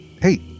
Hey